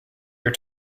your